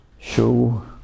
Show